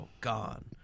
gone